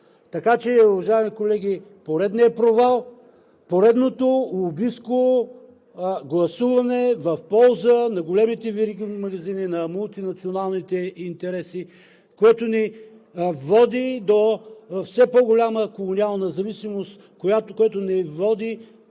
Така че, уважаеми колеги, поредният провал, поредното лобистко гласуване в полза на големите вериги магазини, на мултинационалните интереси, което ни води до все по-голяма колониална зависимост, което ни води